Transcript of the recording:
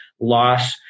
loss